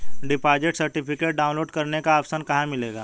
Deposit certificate download करने का option कहां मिलेगा?